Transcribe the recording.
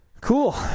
Cool